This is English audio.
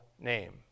name